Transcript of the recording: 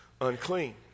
unclean